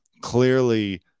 clearly